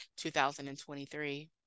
2023